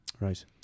right